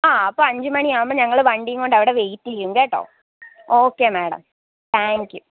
ആ അപ്പോൾ അഞ്ചു മണിയാവുമ്പോൾ ഞങ്ങൾ വണ്ടിയും കൊണ്ട് അവിടെ വെയിറ്റ് ചെയ്യും കേട്ടോ ഓക്കേ മാഡം താങ്ക് യു